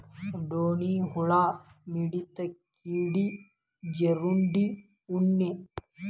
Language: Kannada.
ಡೋಣ ಹುಳಾ, ವಿಡತಿ, ಕೇಡಿ, ಜೇರುಂಡೆ, ಉಣ್ಣಿ